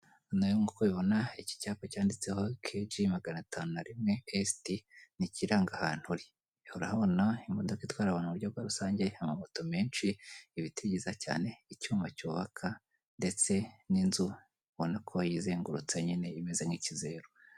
Abagabo babiri bambaye amasoti y'icyatsi kibisi yanditseho vuba bambaye kandi n'amakasike mu mutwe biragaragara neza cyane ko ari abamotari hanyuma kandi biragaragara ko akaboko kabo ko bafashe ku gikapu cy'icyatsi kibisi cyanditseho vuba, icyo gikapu giteretse kuri moto biragaragara cyane ko aribo bifashishwa, muku kujyana ibicuruzwa biba byaguzwe n'abaturage batandukanye babigeze aho bari.